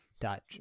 Dot